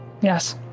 Yes